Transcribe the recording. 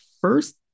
first